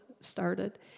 started